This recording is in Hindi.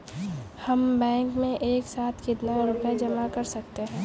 हम बैंक में एक साथ कितना रुपया जमा कर सकते हैं?